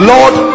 Lord